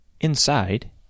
Inside